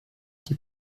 die